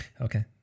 Okay